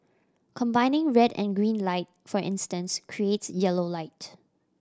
combining red and green light for instance creates yellow light